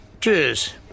Cheers